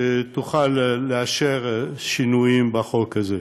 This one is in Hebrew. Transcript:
שתוכל לאשר שינויים בחוק הזה.